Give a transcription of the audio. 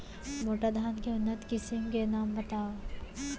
मोटा धान के उन्नत किसिम के नाम बतावव?